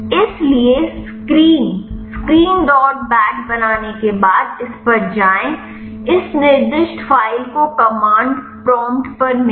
इसलिए screen screen dot bat बनाने के बाद इस पर जाएं इस निर्दिष्ट फ़ाइल को कमांड प्रॉम्प्ट पर मिला